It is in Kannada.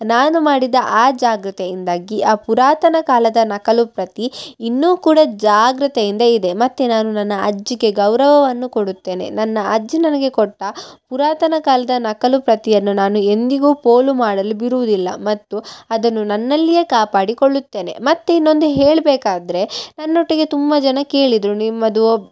ನಾನು ಮಾಡಿದ ಆ ಜಾಗ್ರತೆಯಿಂದಾಗಿ ಆ ಪುರಾತನ ಕಾಲದ ನಕಲುಪ್ರತಿ ಇನ್ನೂ ಕೂಡ ಜಾಗ್ರತೆಯಿಂದ ಇದೆ ಮತ್ತು ನಾನು ನನ್ನ ಅಜ್ಜಿಗೆ ಗೌರವವನ್ನು ಕೊಡುತ್ತೇನೆ ನನ್ನ ಅಜ್ಜಿ ನನಗೆ ಕೊಟ್ಟ ಪುರಾತನ ಕಾಲದ ನಕಲುಪ್ರತಿಯನ್ನು ನಾನು ಎಂದಿಗೂ ಪೋಲು ಮಾಡಲು ಬಿಡುವುದಿಲ್ಲ ಮತ್ತು ಅದನ್ನು ನನ್ನಲ್ಲಿಯೇ ಕಾಪಾಡಿಕೊಳ್ಳುತ್ತೇನೆ ಮತ್ತು ಇನ್ನೊಂದು ಹೇಳಬೇಕಾದ್ರೆ ನನ್ನೊಟ್ಟಿಗೆ ತುಂಬ ಜನ ಕೇಳಿದರು ನಿಮ್ಮದು